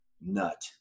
nut